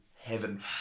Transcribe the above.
heaven